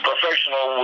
Professional